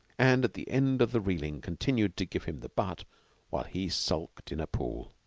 and at the end of the reeling continued to give him the butt while he sulked in a pool.